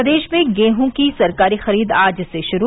प्रदेश में गेहूं की सरकारी खरीद आज से श्रू